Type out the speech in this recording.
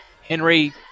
Henry